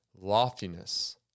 loftiness